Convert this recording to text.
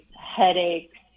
headaches